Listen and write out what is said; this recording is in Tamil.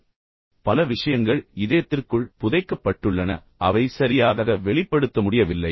எனவே பல விஷயங்கள் இதயத்திற்குள் புதைக்கப்பட்டுள்ளன அவை சரியாக வெளிப்படுத்த முடியவில்லை